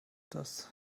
das